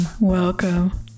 Welcome